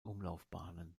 umlaufbahnen